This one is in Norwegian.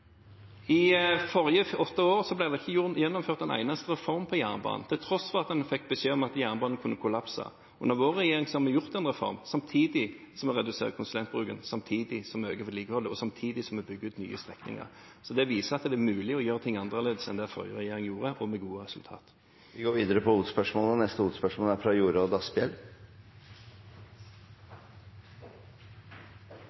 I de foregående åtte år ble det ikke gjennomført en eneste reform på jernbanen, til tross for at en fikk beskjed om at jernbanen kunne kollapse. Under vår regjering har vi foretatt en reform, samtidig som vi har redusert konsulentbruken, samtidig som vi øker vedlikeholdet, og samtidig som vi bygger ut nye strekninger. Det viser at det er mulig å gjøre ting annerledes enn det forrige regjering gjorde, og med gode resultater. Vi går videre til neste hovedspørsmål. Mitt spørsmål går til justis- og beredskapsministeren. Etter 22. juli fikk vi en usminket rapport fra